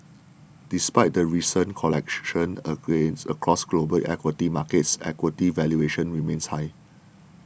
despite the recent correction across global equity markets equity valuations remain high